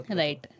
right